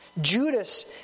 Judas